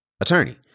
attorney